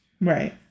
Right